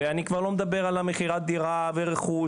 ואני כבר לא מדבר על מכירת הדירה ורכוש,